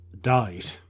died